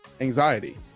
anxiety